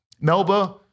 Melba